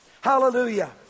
Hallelujah